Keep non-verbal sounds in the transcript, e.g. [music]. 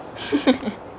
[laughs]